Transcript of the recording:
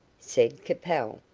said capel,